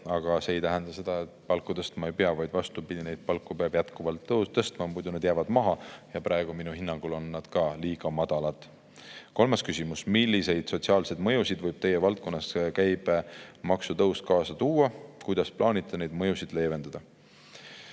Aga see ei tähenda seda, et palku ei pea tõstma. Vastupidi, palku peab jätkuvalt tõstma, muidu need jäävad maha, ja praegu on need minu hinnangul ka liiga madalad. Kolmas küsimus: "Milliseid sotsiaalseid mõjusid võib Teie valdkonnas käibemaksutõus kaasa tuua? Kuidas plaanite neid mõjusid leevendada?"